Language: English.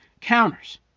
counters